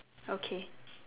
okay